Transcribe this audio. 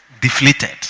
deflated